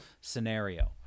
scenario